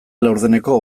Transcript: laurdeneko